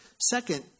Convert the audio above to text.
Second